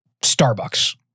Starbucks